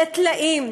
לטלאים,